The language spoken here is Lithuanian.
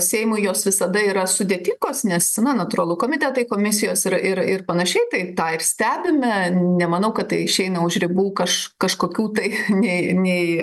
seimui jos visada yra sudėtingos nes na natūralu komitetai komisijos ir ir ir panašiai tai tą ir stebime nemanau kad tai išeina už ribų kaž kažkokių tai nei nei